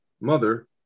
mother